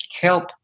help